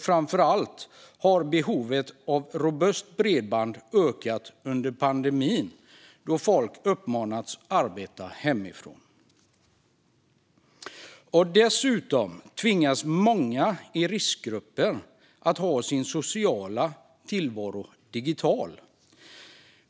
Framför allt har behovet av robust bredband ökat under pandemin, då folk uppmanats att arbeta hemifrån. Dessutom tvingas många i riskgrupper att leva sitt sociala liv digitalt.